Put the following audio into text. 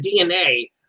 DNA